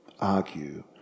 argue